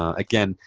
again,